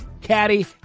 Caddy